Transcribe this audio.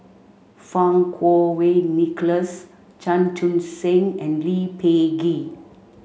Fang Kuo Wei Nicholas Chan Chun Sing and Lee Peh Gee